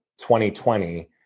2020